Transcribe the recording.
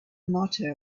motto